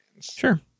Sure